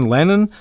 Lennon